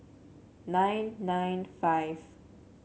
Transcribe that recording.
nine nine five